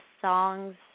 songs